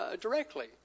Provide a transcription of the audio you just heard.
directly